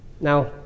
Now